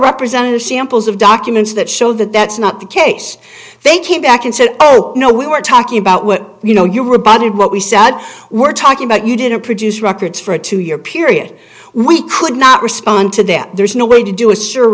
representative samples of documents that show that that's not the case they came back and said oh no we were talking about what you know you rebutted what we said we're talking about you didn't produce records for a two year period we could not respond to them there's no way to do is sure